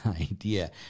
idea